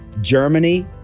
Germany